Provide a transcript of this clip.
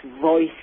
voice